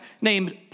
named